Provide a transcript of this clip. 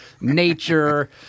nature